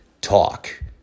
talk